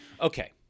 Okay